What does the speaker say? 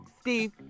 Steve